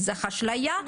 זו אשליה,